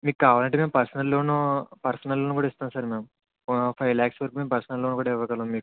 మీకు కావాలంటే మేము పర్సనల్ లోను పర్సనల్ లోన్ కూడా ఇస్తాము సార్ మేము ఒక ఫైవ్ ల్యాక్స్ వరకు పర్సనల్ లోన్ కూడా ఇవ్వగలం మీకు